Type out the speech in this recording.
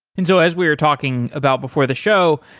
and so as we're talking about before the show,